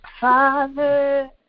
father